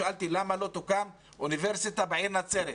שאלתי למה לא תוקם האוניברסיטה בעיר נצרת.